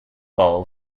ball